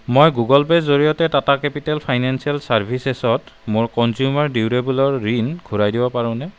মই গুগলপে'ৰ জৰিয়তে টাটা কেপিটেল ফাইনেন্সিয়েল চাৰ্ভিচেছত মোৰ কনজ্যুমাৰ ডিউৰেবলৰ ঋণ ঘূৰাই দিব পাৰোনে